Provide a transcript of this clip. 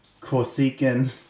Corsican